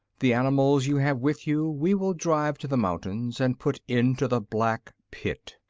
the animals you have with you we will drive to the mountains and put into the black pit.